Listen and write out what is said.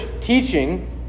teaching